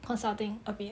consulting a bit